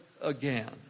again